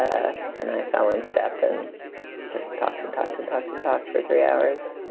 ah and i fell in step and just talked and talked and talked and talked for three hours.